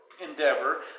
Endeavor